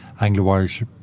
Anglo-Irish